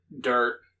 dirt